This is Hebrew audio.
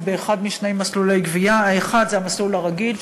באחד משני מסלולי גבייה: האחד זה המסלול הרגיל,